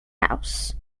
house